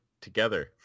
together